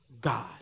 God